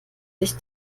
sich